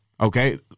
okay